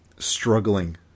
struggling